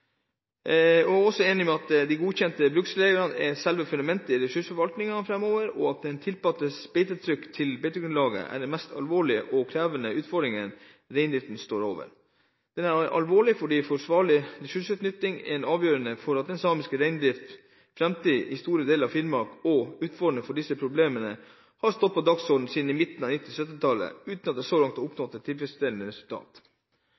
er enig i at de godkjente bruksreglene er selve fundamentet i ressursforvaltningen framover, og at et tilpasset beitetrykk til beitegrunnlaget er den mest alvorlige og krevende utfordringen reindriften står overfor. Den er alvorlig fordi en forsvarlig ressursutnyttelse er avgjørende for den samiske reindriftens framtid i store deler av Finnmark, og utfordrende fordi disse problemstillingene har stått på dagsordenen siden midten av 1970-tallet, uten at det så langt